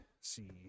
see